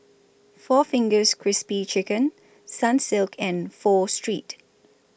four Fingers Crispy Chicken Sunsilk and Pho Street